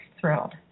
thrilled